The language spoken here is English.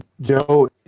Joe